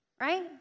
right